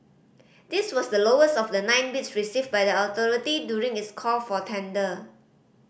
this was the lowest of the nine bids received by the authority during its call for tender